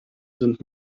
sind